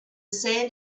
sand